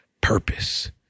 purpose